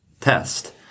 test